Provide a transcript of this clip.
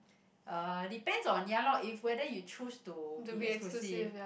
uh depends on ya lor if whether you choose to be exclusive